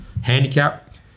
handicap